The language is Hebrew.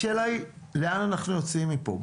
השאלה היא לאן אנחנו יוצאים מפה?